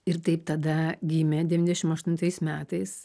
ir taip tada gimė devyniasdešim aštuntais metais